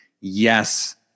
yes